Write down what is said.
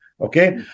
okay